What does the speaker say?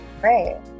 Great